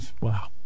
Wow